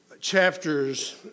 chapters